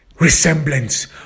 resemblance